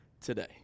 today